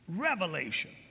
revelation